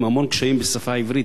עם המון קשיים בשפה העברית.